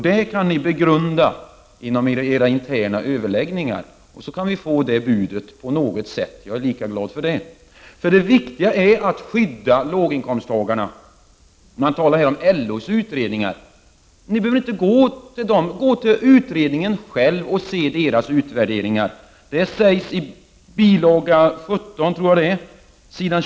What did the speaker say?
Det kan ni begrunda i era interna överläggningar, och därefter kan ni ge oss ett bud. Jag är lika glad för det. Det viktiga är att skydda låginkomsttagarna. Här har det talats om LO:s utredningar, men ni behöver inte hänvisa till dem. Ta i stället del av skatteutredningens utvärderingar. På s. 20-21 i bil.